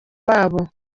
babo